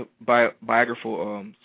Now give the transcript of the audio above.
biographical